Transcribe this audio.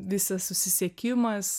visas susisiekimas